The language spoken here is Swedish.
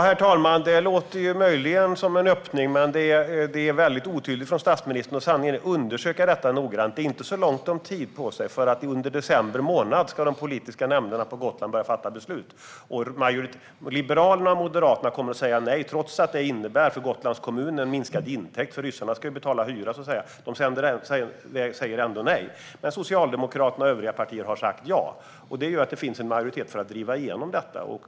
Herr talman! Det låter möjligen som en öppning, men det är väldigt otydligt från statsministern. De undersöker det noggrant, men det är inte så gott om tid. Under december månad ska de politiska nämnderna på Gotland börja fatta beslut. Liberalerna och Moderaterna säger nej, trots att det innebär minskade intäkter för Gotlands kommun - ryssarna betalar ju hyra. Men de säger nej. Socialdemokraterna och övriga partier säger dock ja, och det gör att det finns en majoritet för att driva igenom detta.